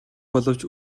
боловч